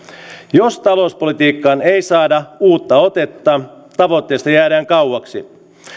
jos talouspolitiikkaan ei saada uutta otetta tavoitteista jäädään kauaksi